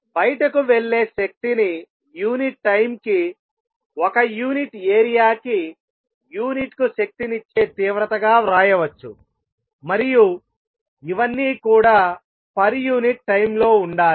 బయటికి వెళ్లే శక్తిని యూనిట్ టైం కి ఒక యూనిట్ ఏరియా కి యూనిట్కు శక్తినిచ్చే తీవ్రతగా వ్రాయవచ్చు మరియు ఇవన్నీ కూడా పర్ యూనిట్ టైం లో ఉండాలి